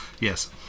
Yes